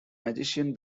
magician